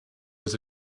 was